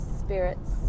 spirits